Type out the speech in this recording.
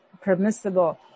permissible